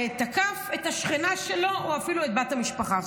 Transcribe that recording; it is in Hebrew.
שתקף את השכנה שלו או אפילו את בת המשפחה.